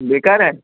बेकारु आहे